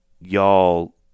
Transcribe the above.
y'all